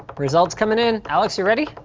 results coming in, alex, you ready?